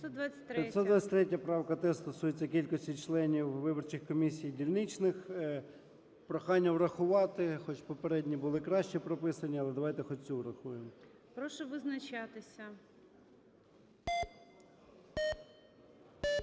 523 правка теж стосується кількості членів виборчих комісій дільничних. Прохання врахувати, хоч попередні були краще прописані, але давайте хоч цю врахуємо. ГОЛОВУЮЧИЙ. Прошу визначатися.